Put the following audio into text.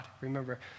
Remember